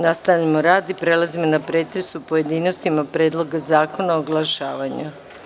Nastavljamo rad i prelazimo na pretres u pojedinostima Predloga zakonao oglašavanju.